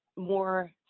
More